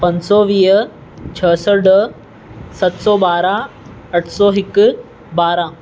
पंज सौ वीह छ्ह सौ ॾह सत सौ ॿारहं अठ सौ हिकु ॿारहं